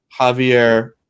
Javier